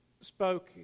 spoke